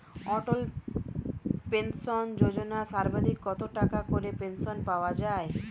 অটল pension Yojana সর্বাধিক কত টাকা করে পেনশন পাওয়া যায়?